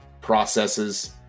processes